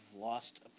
lost